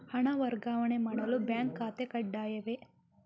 ಹಣ ವರ್ಗಾವಣೆ ಮಾಡಲು ಬ್ಯಾಂಕ್ ಖಾತೆ ಕಡ್ಡಾಯವೇ?